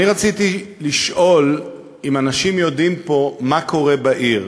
אני רציתי לשאול אם אנשים פה יודעים מה קורה בעיר.